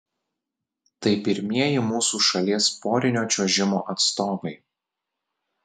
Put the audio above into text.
tai pirmieji mūsų šalies porinio čiuožimo atstovai